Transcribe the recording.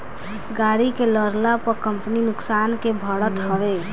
गाड़ी के लड़ला पअ कंपनी नुकसान के भरत हवे